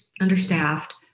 understaffed